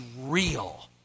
real